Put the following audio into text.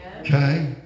okay